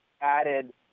added